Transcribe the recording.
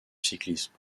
cyclisme